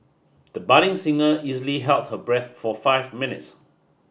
the budding singer easily held her breath for five minutes